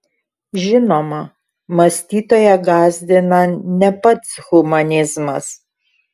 žinoma mąstytoją gąsdina ne pats humanizmas